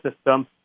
system